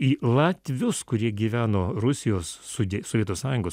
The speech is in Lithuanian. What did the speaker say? į latvius kurie gyveno rusijos su sovietų sąjungos